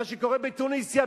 מה שקורה בתוניסיה,